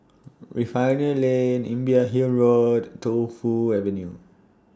Refinery Lane Imbiah Hill Road Tu Fu Avenue